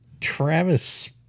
Travis